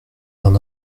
d’un